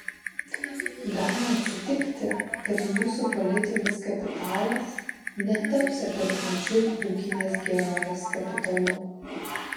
gali atsitikti kad mūsų politinis kapitalas netaps adekvačiu ūkinės gerovės kapitalu